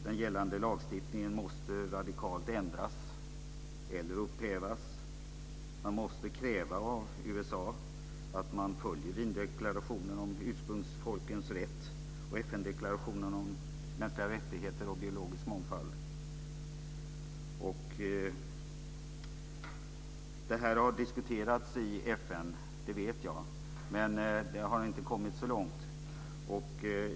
Den gällande lagstiftningen måste radikalt ändras eller upphävas. Vi måste kräva av USA att man följer Wiendeklarationen om ursprungsfolkens rätt och FN-deklarationen om mänskliga rättigheter och biologisk mångfald. Detta har diskuterats i FN - det vet jag - men det har inte kommit så långt.